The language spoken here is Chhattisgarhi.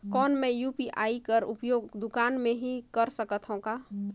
कौन मै यू.पी.आई कर उपयोग दुकान मे भी कर सकथव का?